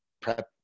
prep